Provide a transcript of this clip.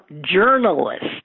journalists